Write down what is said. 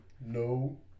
no